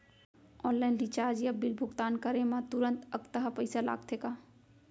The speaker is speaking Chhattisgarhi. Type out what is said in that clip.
ऑनलाइन रिचार्ज या बिल भुगतान करे मा तुरंत अक्तहा पइसा लागथे का?